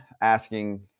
asking